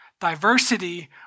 Diversity